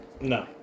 No